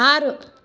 ಆರು